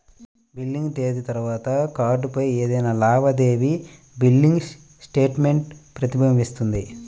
billing తేదీ తర్వాత కార్డ్పై ఏదైనా లావాదేవీ బిల్లింగ్ స్టేట్మెంట్ ప్రతిబింబిస్తుంది